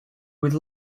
with